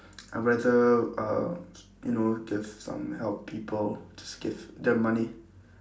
I rather uh you know give some help people just give them money